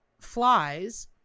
flies